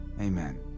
Amen